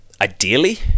Ideally